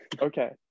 okay